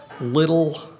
little